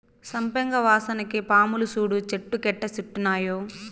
సంపెంగ వాసనకి పాములు సూడు చెట్టు కెట్టా సుట్టినాయో